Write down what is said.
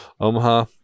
Omaha